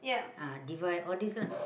ah divide all these lah